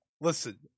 listen